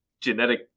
genetic